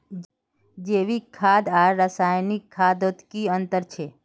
जैविक खाद आर रासायनिक खादोत की अंतर छे?